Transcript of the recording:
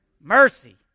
Mercy